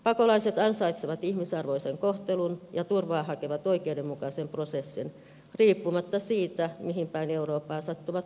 pakolaiset ansaitsevat ihmisarvoisen kohtelun ja turvaa hakevat oikeudenmukaisen prosessin riippumatta siitä mihin päin eurooppaa sattuvat päätymään